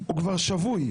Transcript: הוא כבר שבוי.